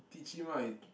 teach him ah